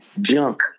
junk